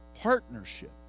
partnership